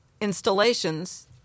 installations –